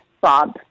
Bob